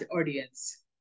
audience